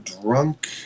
drunk